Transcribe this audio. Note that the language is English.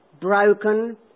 broken